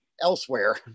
elsewhere